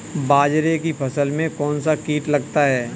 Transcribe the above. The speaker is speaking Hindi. बाजरे की फसल में कौन सा कीट लगता है?